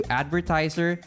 advertiser